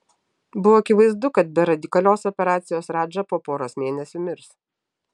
buvo akivaizdu kad be radikalios operacijos radža po poros mėnesių mirs